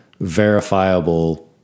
verifiable